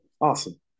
Awesome